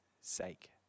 sake